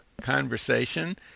conversation